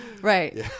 Right